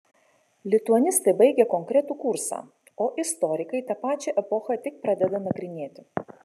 lituanistai baigia konkretų kursą o istorikai tą pačią epochą tik pradeda nagrinėti